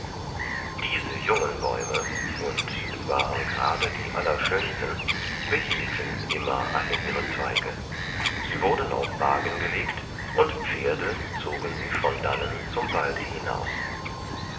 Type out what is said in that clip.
diese jungen bäume und es waren gerade die allerschönsten behielten immer alle ihre zweige sie wurden auf wagen gelegt und pferde zogen sie von dannen zum walde hinaus